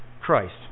Christ